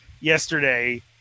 yesterday